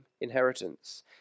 inheritance